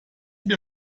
mir